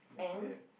and